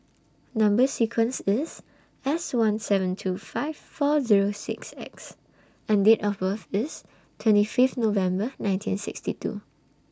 Number sequence IS S one seven two five four Zero six X and Date of birth IS twenty Fifth November nineteen sixty two